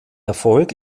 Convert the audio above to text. erfolg